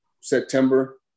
September